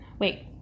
Wait